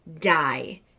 DIE